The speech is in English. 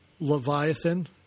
Leviathan